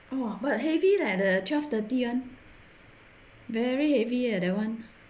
!wah! but heavy leh the twelve thirty one very heavy leh that one